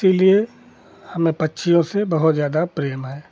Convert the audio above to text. इसीलिए हमें पक्षियों से बहुत ज़्यादा प्रेम है